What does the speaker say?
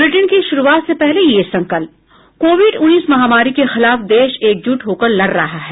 bulletin की शुरूआत से पहले ये संकल्प कोविड उन्नीस महामारी के खिलाफ देश एकजुट होकर लड़ रहा है